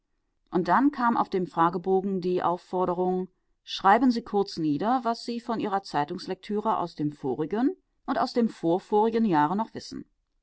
und dann kam auf dem fragebogen die aufforderung schreiben sie kurz nieder was sie von ihrer zeitungslektüre aus dem vorigen und aus dem vorvorigen jahre noch wissen